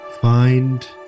Find